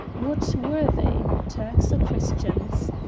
what were they, turks or christians?